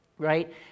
right